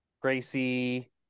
Gracie